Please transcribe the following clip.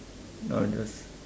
no just